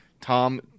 Tom